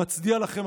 ומצדיע לכם,